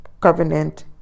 covenant